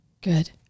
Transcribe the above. Good